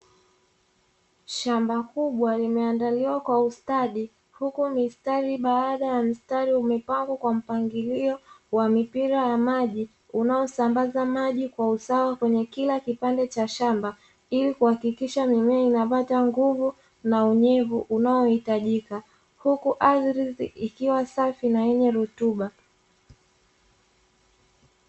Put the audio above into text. Shamba kubwa limeandaliwa kwa ustadi huku mstari baada ya mstari umepangwa kwa mpangilio wa mipira ya maji unaosambaza maji kwa usawa kwenye kila kipande cha shamba, ili kuhakikisha mimea inapata nguvu na unyevu unaoitajika, huku ardhi ikiwa safi na yenye rutuba.